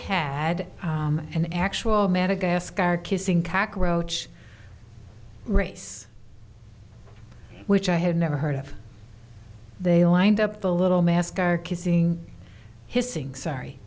had an actual madagascar kissing cockroach race which i had never heard of they lined up the little mascara kissing hissing sorry